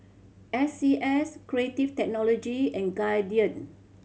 S C S Creative Technology and Guardian